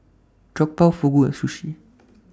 Jokbal Fugu and Sushi